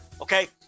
Okay